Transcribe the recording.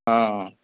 हाँ